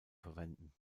verwenden